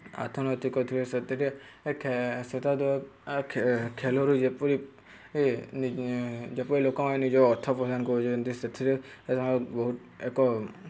ଆର୍ଥନୈତିକ ଉପାୟ ସେଥିରେ ଖେଳରୁ ଯେପରି ଯେପରି ଲୋକମାନେ ନିଜ ଅର୍ଥ ପ୍ରଦାନ କରୁଛନ୍ତି ସେଥିରେ ବହୁତ ଏକ